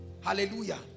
hallelujah